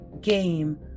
game